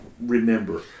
remember